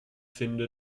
finde